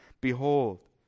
Behold